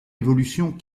évolution